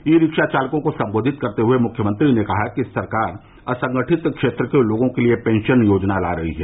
ई rickshaw चालकों को सम्बोधित करते हुए मुख्यमंत्री ने कहा कि सरकार असंगठित क्षेत्र के लोगों के लिए पेंशन योजना ला रही है